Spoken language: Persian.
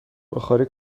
بخاری